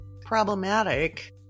problematic